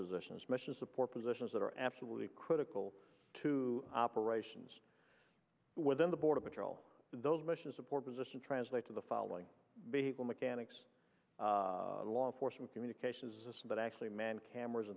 positions mission support positions that are absolutely critical to operations within the border patrol those missions support positions translate to the following behavior mechanics law enforcement communications but actually man cameras